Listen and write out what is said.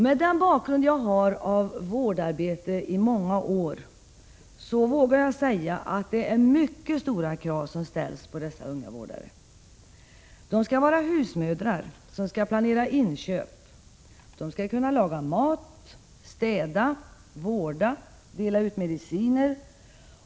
Med den bakgrund jag har av vårdarbete i många år vågar jag påstå att det är mycket stora krav som ställs på dessa unga vårdare. De skall vara husmödrar som skall planera inköp, de skall kunna laga mat, städa, vårda och dela ut mediciner.